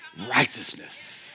righteousness